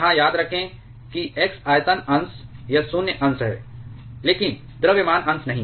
यहां याद रखें कि x आयतन अंश या शून्य अंश है लेकिन द्रव्यमान अंश नहीं